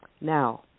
Now